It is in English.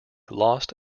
lost